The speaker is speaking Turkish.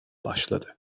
başladı